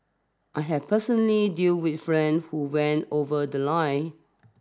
I have personally dealt with friends who went over the line